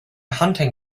hunting